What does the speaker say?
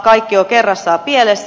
kaikki on kerrassaan pielessä